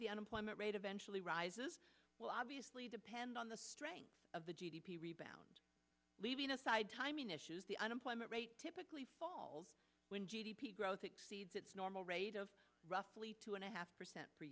the unemployment rate eventually rises will obviously depend on the strength of the g d p rebound leaving aside timing issues the unemployment rate typically when g d p growth exceeds its normal rate of roughly two and a half percent